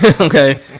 okay